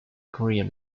korean